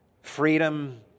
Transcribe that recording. freedom